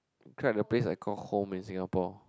tried the place I call home in Singapore